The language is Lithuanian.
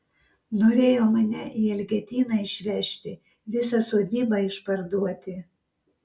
norėjo mane į elgetyną išvežti visą sodybą išparduoti